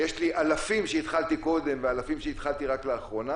יש אלפים שהתחילו קודם ואלפים שהתחילו רק לאחרונה,